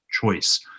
choice